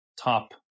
top